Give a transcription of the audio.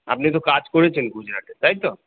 আপনি তো কাজ করেছেন গুজরাটে তাই তো